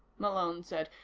malone said.